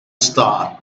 star